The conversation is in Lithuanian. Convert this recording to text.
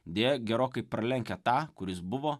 deja gerokai pralenkia tą kuris buvo